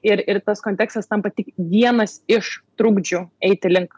ir ir tas kontekstas tampa tik vienas iš trukdžių eiti link